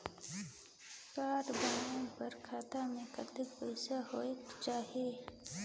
Card बनवाय बर खाता मे कतना पईसा होएक चाही?